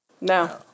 No